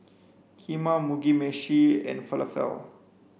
Kheema Mugi meshi and Falafel